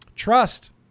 trust